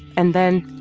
and then,